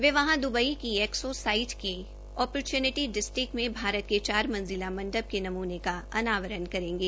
वे यहां दुबई की expo site के ओपरच्निटी डिस्ट्रिक्त में भारत के चार मंजिला मंडप के नमूने का अनावरण करेंगे